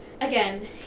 Again